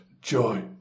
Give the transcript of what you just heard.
joy